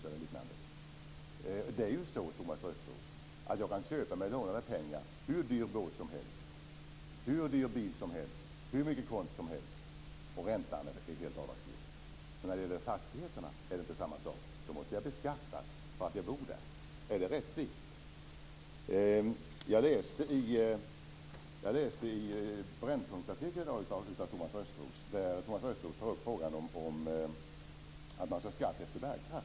Det är ju så, Thomas Östros, att jag kan köpa en hur dyr båt som helst, en hur dyr bil som helst eller hur mycket konst som helst för lånade pengar, och räntan är helt avdragsgill. Men det är inte samma sak när det gäller fastigheter. Då måste jag beskattas för att jag bor där. Är det rättvist? Jag läste Brännspunktsartikeln i dag av Thomas Östros. Där tar Thomas Östros upp frågan att man skall ta ut skatt efter bärkraft.